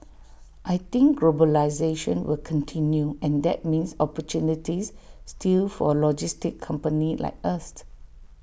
I think globalisation will continue and that means opportunities still for logistics companies like us